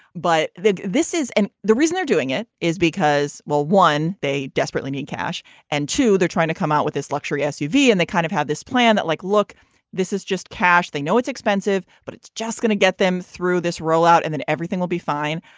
but this is and the reason they're doing it is because while one they desperately need cash and two they're trying to come out with this luxury suv and they kind of had this plan that like look this is just cash they know it's expensive but it's just going to get them through this rollout and then everything will be fine.